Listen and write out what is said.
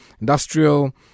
industrial